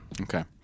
Okay